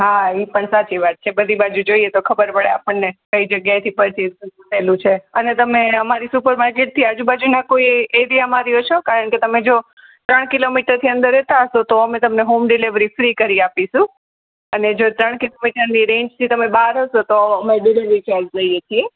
હા એ પણ સાચી વાત છે બધી બાજું જોઇએ તો ખબર પડે આપણને કઇ જગ્યાએથી પરચેઝ કરવું સહેલું છે અને તમે અમારી સુપર માર્કેટથી કોઇ આજુબાજુનાં એરિયામાં રહો છો કારણ કે તમે જો ત્રણ કિલોમીટરથી અંદર રહેતા હશો તો તમને હોમ ડિલિવરી ફ્રી કરી આપીશું અને જો ત્રણ કિલોમીટરની રેન્જથી તમે બહાર હશો તો અમે ડિલિવરી ચાર્જ લઇએ છીએ